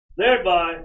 thereby